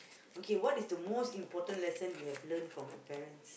okay what is the most important lesson you have learnt from your parents